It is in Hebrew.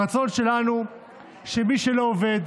הרצון שלנו הוא שמי שלא עובד